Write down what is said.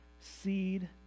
seed